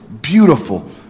Beautiful